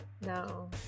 No